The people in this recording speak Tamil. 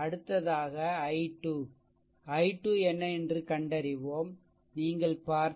அடுத்ததாக i2 i2 என்ன என்று கண்டறிவோம்நீங்கள் பார்த்தால் i1 v1 v2 5